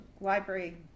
library